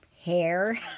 hair